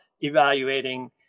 evaluating